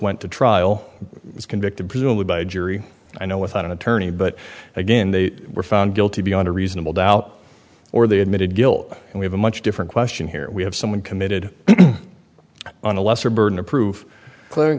went to trial was convicted presumably by a jury i know without an attorney but again they were found guilty beyond a reasonable doubt or they admitted guilt and we have a much different question here we have someone committed on a lesser burden of proof clear